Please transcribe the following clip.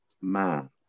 man